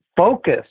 focus